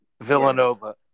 Villanova